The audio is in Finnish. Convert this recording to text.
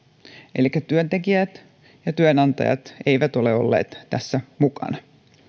elikkä työntekijät ja työnantajat eivät ole olleet tässä mukana